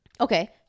okay